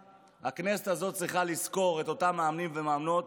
הכנסת הזו צריכה לזכור את אותם מאמנים ומאמנות,